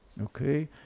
okay